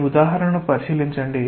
ఈ ఉదాహరణను పరిశీలించండి